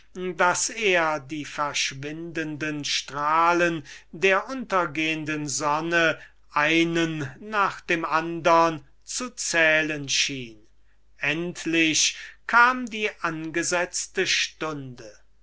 daß er die verschwindenden strahlen der untergehenden sonne einen nach dem andern zu zählen schien endlich kam die angesetzte stunde